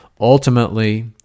Ultimately